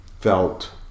felt